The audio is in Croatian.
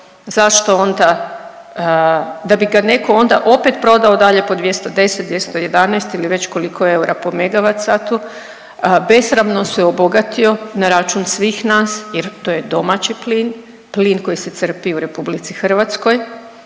zašto onda da bi ga netko onda opet prodao dalje po 210, 211 ili već koliko eura po megavat satu besramno se obogatio na račun svih nas jer to je domaći plin, plin koji se crpi u Republici Hrvatskoj.